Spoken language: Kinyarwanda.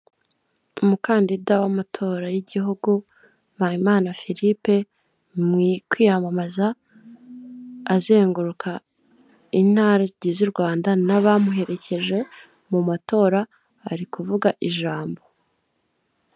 Umukandida w'amatora y'igihugu Mpayimana Philippe mu kwiyamamaza azenguruka intarar z'u Rwanda n'abamuherekeje mu matora ari kuvuga ijambo.